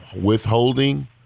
withholding